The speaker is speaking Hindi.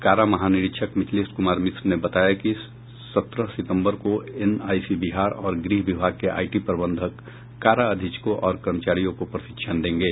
कारा महानिरीक्षक मिथिलेश कुमार मिश्र ने बताया कि सत्रह सितंबर को एनआईसी बिहार और गृह विभाग के आईटी प्रबंधक कारा अधीक्षकों और कर्मचारियों को प्रशिक्षण देंगे